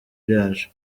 byacu